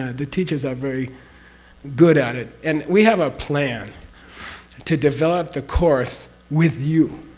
ah the teachers are very good at it, and we have a plan to develop the course with you